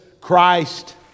Christ